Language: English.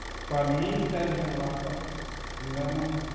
for me, there has been a lot of learning.